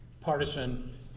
partisan